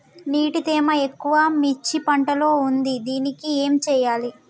నీటి తేమ ఎక్కువ మిర్చి పంట లో ఉంది దీనికి ఏం చేయాలి?